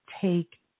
take